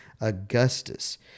Augustus